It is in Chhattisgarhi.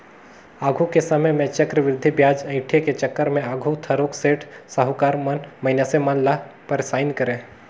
आघु के समे में चक्रबृद्धि बियाज अंइठे के चक्कर में आघु थारोक सेठ, साहुकार मन मइनसे मन ल पइरसान करें